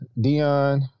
Dion